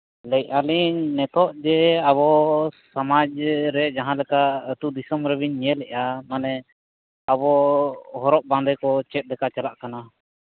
ᱞᱟᱹᱭᱮᱫᱼᱟᱹᱞᱤᱧ ᱱᱤᱛᱚᱜ ᱡᱮ ᱟᱵᱚ ᱥᱚᱢᱟᱡᱽᱨᱮ ᱡᱟᱦᱟᱸᱞᱮᱠᱟ ᱟᱛᱳᱼᱫᱤᱥᱚᱢ ᱨᱮᱵᱤᱱ ᱧᱮᱞᱮᱫᱼᱟ ᱢᱟᱱᱮ ᱟᱵᱚ ᱦᱚᱨᱚᱜᱼᱵᱟᱸᱫᱮᱠᱚ ᱪᱮᱫᱞᱮᱠᱟ ᱪᱟᱞᱟᱜ ᱠᱟᱱᱟ